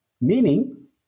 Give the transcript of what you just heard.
meaning